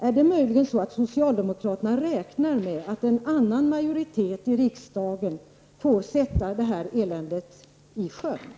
Är det möjligen så att socialdemokraterna räknar med att en annan majoritet i riksdagen får sätta detta elände i sjön?